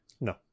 No